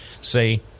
say